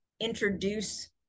introduce